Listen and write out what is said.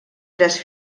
tres